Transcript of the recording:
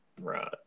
Right